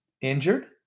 injured